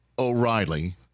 O'Reilly